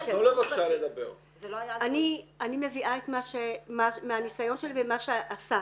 אני מביאה מהניסיון שלי ממה שעסקנו.